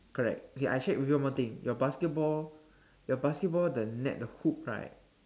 correct okay I check with you one more thing your basketball your basketball the net the hoop right